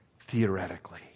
theoretically